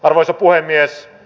arvoisa puhemies